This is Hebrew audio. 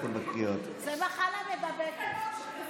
זו מחלה מידבקת.